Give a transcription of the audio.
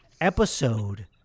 episode